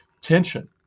tension